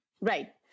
Right